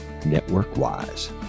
NetworkWise